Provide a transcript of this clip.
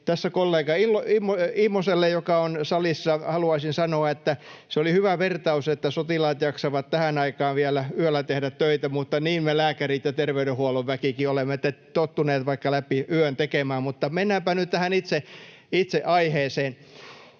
Tässä kollega Immoselle, joka on salissa, haluaisin sanoa, että se oli hyvä vertaus, että sotilaat jaksavat tähän aikaan vielä yöllä tehdä töitä, mutta niin me lääkärit ja terveydenhuollon väkikin olemme tottuneet vaikka läpi yön tekemään. Mutta mennäänpä nyt tähän itse aiheeseen.